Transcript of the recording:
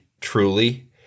truly